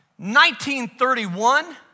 1931